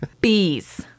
Bees